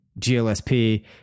GLSP